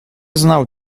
znał